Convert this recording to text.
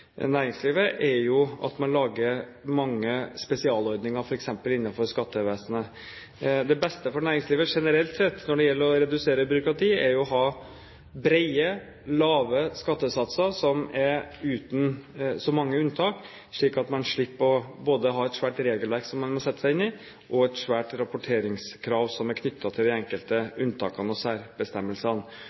næringslivet, er at man lager mange spesialordninger, f.eks. innenfor skattevesenet. Det beste for næringslivet generelt sett når det gjelder å redusere byråkrati, er å ha brede, lave skattesatser, som er uten så mange unntak, slik at man slipper å ha både et svært regelverk som man må sette seg inn i, og et svært rapporteringskrav som er knyttet til de enkelte unntakene og særbestemmelsene.